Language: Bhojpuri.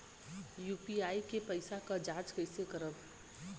यू.पी.आई के पैसा क जांच कइसे करब?